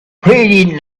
pretty